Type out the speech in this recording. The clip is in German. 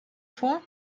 vor